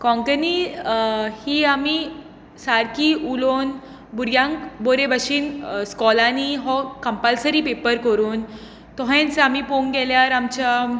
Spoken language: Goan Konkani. कोंकणी ही आमी सारकी उलोवन भुरग्यांक बरे भाशेन स्कूलांनी हो कंप्लसरी पेपर करून तशेंच आमी पळोवंक गेल्यार आमच्या